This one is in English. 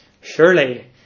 surely